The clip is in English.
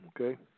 Okay